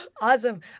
Awesome